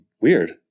weird